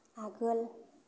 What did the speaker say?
आगोल